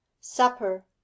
Supper